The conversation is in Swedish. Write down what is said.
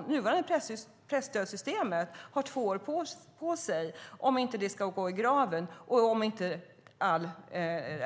Det nuvarande presstödssystemet har två år på sig om det inte ska gå i graven och om många av